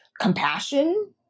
Compassion